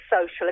social